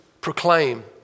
proclaim